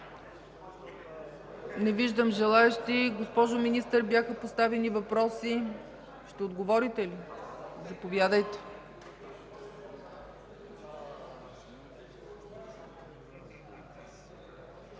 Не виждам желаещи. Госпожо Министър, бяха поставени въпроси. Ще отговорите ли? Заповядайте.